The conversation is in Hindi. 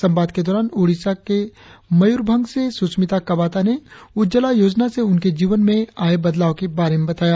संवाद के दौरान ओदिशा में मयूरभंज से सुष्मिता कबाता ने उज्ज्वला योजना से उनके जीवन में आर बदलाव के बारे में बताया